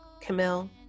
Camille